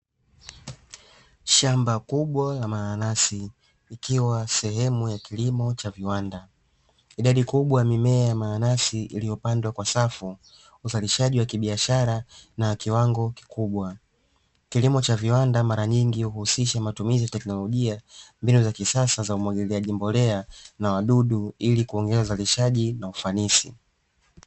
Shamba kubwa la mananasi ikiwa sehemu ya kilimo cha viwanda. Idadi kubwa ya mimea ya mananasi iliyopandwa kwa safu, uzalishaji wa kibiashara na kiwango kikubwa. Kilimo cha viwanda mara nyingi huhusisha matumizi ya teknolojia, mbinu za kisasa za umwagiliaji mbolea na wadudu ili kuongeza uzalishaji na ufanisi.